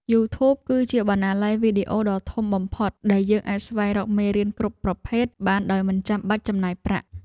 យូធូប គឺជាបណ្ណាល័យវីដេអូដ៏ធំបំផុតដែលយើងអាចស្វែងរកមេរៀនគ្រប់ប្រភេទបានដោយមិនចាំបាច់ចំណាយប្រាក់។